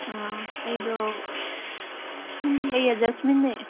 ꯑꯩꯗꯣ ꯑꯩ ꯖꯦꯁꯃꯤꯟꯅꯦ